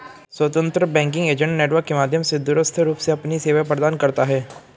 स्वतंत्र banking agent network के माध्यम से दूरस्थ रूप से अपनी सेवाएं प्रदान करता है